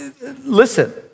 Listen